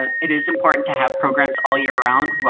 it is important to have programs all year around.